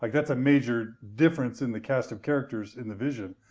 like that's a major difference in the cast of characters in the vision.